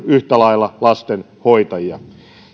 yhtä lailla lastenhoitajia